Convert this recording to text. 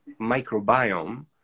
microbiome